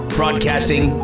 broadcasting